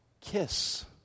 Kiss